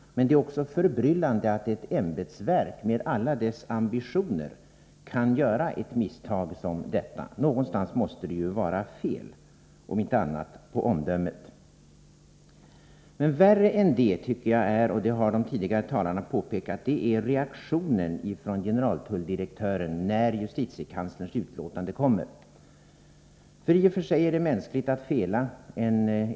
Men det är också förbryllande att ett ämbetsverk med alla dess ambitioner kan göra ett misstag som detta. Någonstans måste det ju vara fel — om inte annat så på omdömet. Värre var — det har tidigare talare påpekat — reaktionen från generaltulldirektören när justitiekanslerns utlåtande kom. I och för sig är det mänskligt att fela.